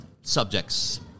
subjects